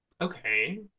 okay